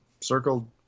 circled